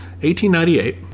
1898